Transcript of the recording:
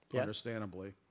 understandably